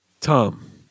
Tom